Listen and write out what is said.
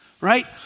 right